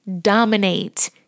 dominate